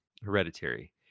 Hereditary